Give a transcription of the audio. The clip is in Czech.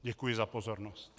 Děkuji za pozornost.